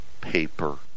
paper